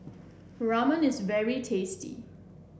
Ramen is very tasty